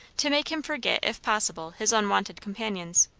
to make him forget if possible his unwonted companions.